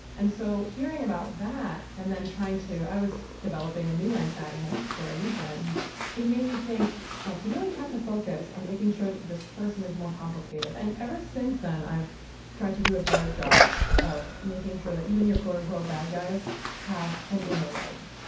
and so hearing about that and then trying to i was developing a new antagonist for allegiant. and it made me think like you really have to focus on making sure that this person is more complicated. and ever since then, i've tried to do a better job of making sure that even your quote unquote, bad guys have an inner life.